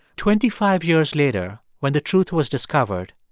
twenty-five years later, when the truth was discovered,